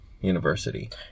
University